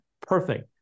perfect